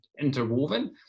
interwoven